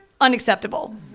unacceptable